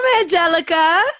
Angelica